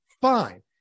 Fine